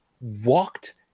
walked